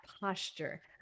posture